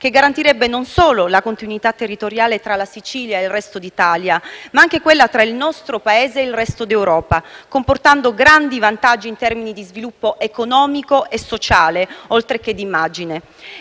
che garantirebbe non solo la continuità territoriale tra la Sicilia e il resto d'Italia, ma anche quella tra il nostro Paese e il resto d'Europa, comportando grandi vantaggi in termini di sviluppo economico e sociale, oltre che di immagine.